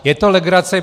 Je to legrace.